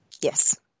Yes